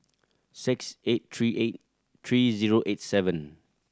six eight three eight three zero eight seven